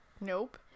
Nope